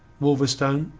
wolverstone,